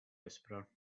whisperer